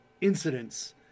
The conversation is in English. incidents